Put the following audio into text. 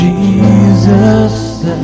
Jesus